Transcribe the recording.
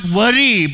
worry